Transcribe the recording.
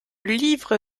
livre